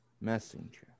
messenger